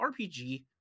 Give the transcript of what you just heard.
RPG